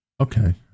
Okay